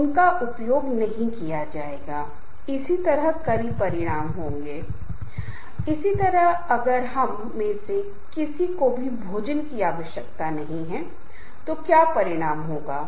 इसलिए मैं इस बात पर थोड़ी चर्चा करना चाहूंगा कि आमतौर पर कौन से कारक हैं जिनके बारे में लोगों को जानकारी होनी चाहिए जिससे समूह व्यवहार प्रभावित होगा